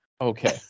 Okay